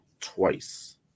twice